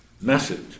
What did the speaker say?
message